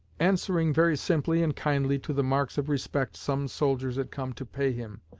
answering very simply and kindly to the marks of respect some soldiers had come to pay him,